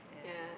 yeah